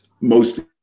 mostly